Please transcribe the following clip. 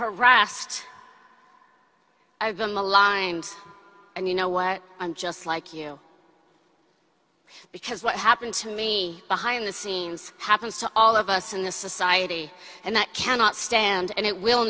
harassed i've been maligned and you know what i'm just like you because what happened to me behind the scenes happens to all of us in the society and that cannot stand and it will